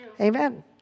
amen